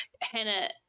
Hannah